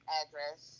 address